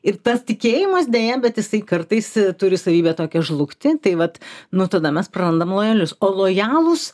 ir tas tikėjimas deja bet jisai kartais turi savybę tokią žlugti tai vat nu tada mes prarandam lojalius o lojalūs